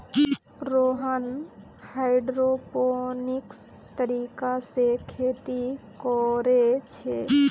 Rohan hydroponics तरीका से खेती कोरे छे